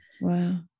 Wow